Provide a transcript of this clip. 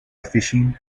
fishing